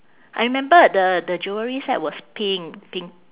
I remember the the jewellery set was pink pink